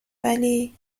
ولی